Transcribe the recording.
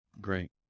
Great